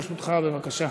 בבקשה.